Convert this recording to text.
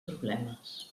problemes